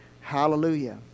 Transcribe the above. Hallelujah